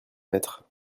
mettre